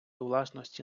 власності